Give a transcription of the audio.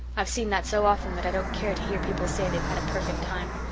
i've seen that so often that i don't care to hear people say they've had a perfect time.